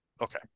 Okay